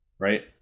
right